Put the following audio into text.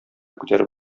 күтәреп